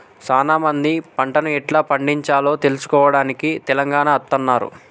సానా మంది పంటను ఎట్లా పండిచాలో తెలుసుకోవడానికి తెలంగాణ అత్తన్నారు